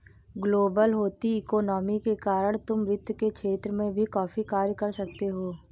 global होती economy के कारण तुम वित्त के क्षेत्र में भी काफी कार्य कर सकते हो